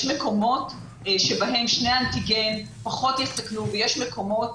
יש מקומות בהם שני אנטיגן פחות יסכנו ויש מקומות